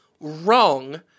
wrong